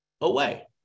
away